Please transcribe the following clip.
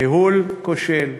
ניהול כושל,